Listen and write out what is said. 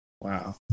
Wow